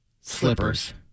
slippers